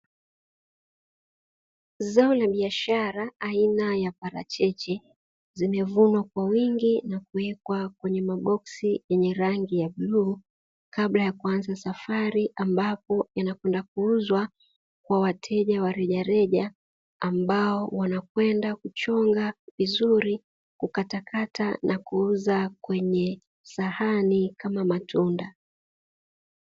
Zao la biashara aina ya parachichi zimevunwa kwa wingi na kuwekwa kwenye maboksi yenye rangi ya blue kabla ya kuanza safari ambapo yanakwenda kuuzwa kwa wateja wa rejareja ambao wanakwenda kuchonga vizuri kukata kata na kuuza kwenye sahani kama matunda